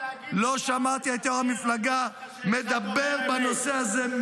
לא שמעתי את יו"ר המפלגה מדבר בנושא הזה,